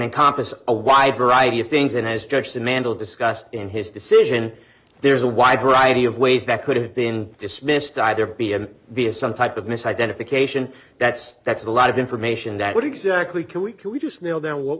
accomplish a wide variety of things and has judged the mandal discussed in his decision there's a wide variety of ways that could have been dismissed either b m b a some type of misidentification that's that's a lot of information that what exactly can we can we just nail down what